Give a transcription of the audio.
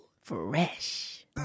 fresh